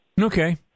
Okay